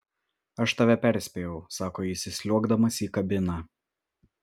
aš tave perspėjau sako jis įsliuogdamas į kabiną